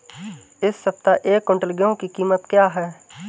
इस सप्ताह एक क्विंटल गेहूँ की कीमत क्या है?